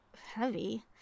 heavy